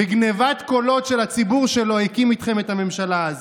בגנבת קולות של הציבור שלו הקים איתכם את הממשלה הזאת.